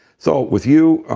so with you,